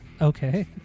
Okay